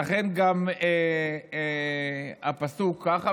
לכן גם הפסוק ככה.